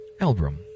Elbrum